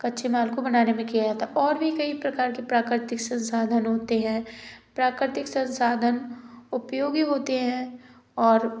कच्चे माल को बनाने में किया जाता है और भी कई प्रकार के प्राकृतिक संसाधन होते हैं प्राकृतिक संसाधन उपयोगी होते हैं और